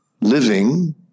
living